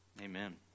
Amen